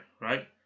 right